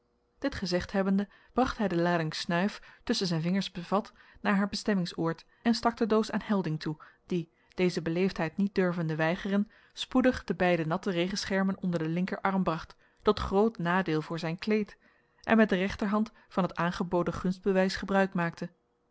dit gezegd hebbende bracht hij de lading snuif tusschen zijn vingers bevat naar haar bestemmingsoord en stak de doos aan helding toe die deze beleefdheid niet durvende weigeren spoedig de beide natte regenschermen onder den linkerarm bracht tot groot nadeel voor zijn kleed en met de rechterhand van het aangeboden gunstbewijs gebruik maakte